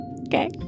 Okay